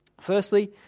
Firstly